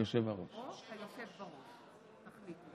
יושב-הראש.